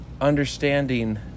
understanding